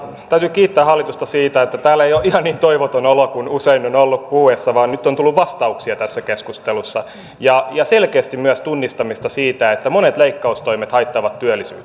kiittää hallitusta siitä että täällä ei ole ihan niin toivoton olo kuin usein on ollut puhuessa vaan nyt on tullut vastauksia tässä keskustelussa ja selkeästi myös tunnistamista siitä että monet leikkaustoimet haittaavat työllisyyttä